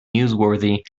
newsworthy